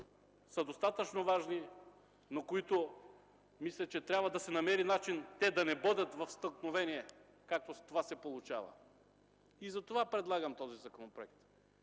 са достатъчно важни. Мисля, че трябва да се намери начин те да не бъдат в стълкновение, както се получава. Затова предлагам този законопроект,